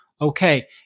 Okay